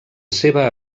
seva